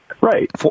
Right